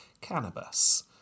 Cannabis